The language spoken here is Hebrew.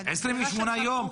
28 יום.